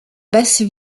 basse